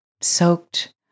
soaked